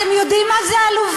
אתם יודעים מה זה עלובה?